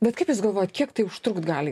bet kaip jūs galvojat kiek tai užtrukt gali